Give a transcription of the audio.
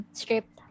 script